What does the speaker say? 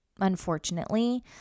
unfortunately